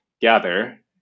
gather